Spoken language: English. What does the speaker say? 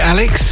Alex